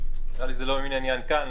נראה לי שזה לא מן העניין כאן.